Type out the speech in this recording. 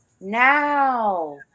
now